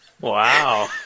Wow